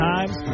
Times